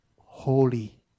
holy